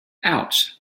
ouch